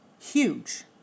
huge